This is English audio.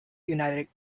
united